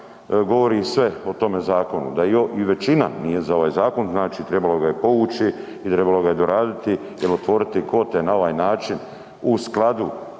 govori sve o tome zakonu, da i većina nije za ovaj zakon, znači trebalo ga je povući i trebalo ga je doraditi jel otvoriti kvote na ovaj način u skladu